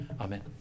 Amen